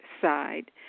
side